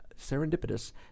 Serendipitous